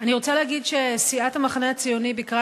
אני רוצה להגיד שסיעת המחנה הציוני ביקרה